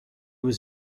was